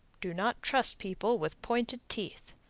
do not trust people with pointed teeth.